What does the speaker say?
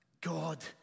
God